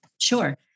Sure